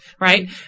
right